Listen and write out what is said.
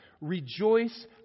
Rejoice